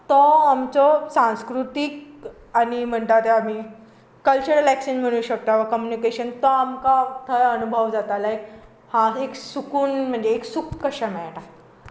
तो आमचो सांस्कृतीक आनी म्हणटा ते आमी कल्चरल ऍक्सॅस म्हणूंक शकता कम्युनिकेशन तो आमकां थंय अनुभव जाता लायक हां एक सुकून म्हणजें एक सूख कशें मेळटा